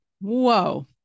whoa